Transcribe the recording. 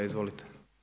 Izvolite.